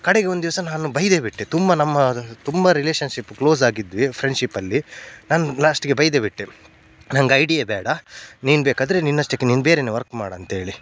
ಕಡೆಗೆ ಒಂದು ದಿವಸ ನಾನು ಬೈದೇ ಬಿಟ್ಟೆ ತುಂಬ ನಮ್ಮ ತುಂಬ ರಿಲೇಷನ್ಶಿಪ್ ಕ್ಲೋಸಾಗಿದ್ವಿ ಫ್ರೆಂಡ್ಶಿಪ್ಪಲ್ಲಿ ನಾನು ಲಾಸ್ಟಿಗೆ ಬೈದೇ ಬಿಟ್ಟೆ ನಂಗೆ ಐ ಡಿಯೇ ಬೇಡ ನೀನು ಬೇಕಾದರೆ ನಿನ್ನಷ್ಟಕ್ಕೆ ನೀನು ಬೇರೆಯೇ ವರ್ಕ್ ಮಾಡು ಅಂತೇಳಿ